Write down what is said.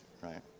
Right